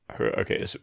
Okay